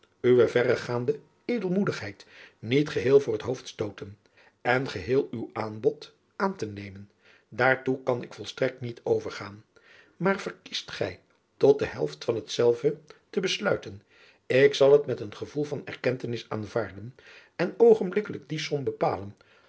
uwe verregaande edelmoedigheid niet geheel voor het hoofd stooten en geheel uw aanbod aan te nemen daar toe kan ik volstrekt niet overgaan maar verkiest gij tot de helft van hetzelve te besluiten driaan oosjes zn et leven van aurits ijnslager ik zal het met een gevoel van erkentenis aanvaarden en oogenblikkelijk die som bepalen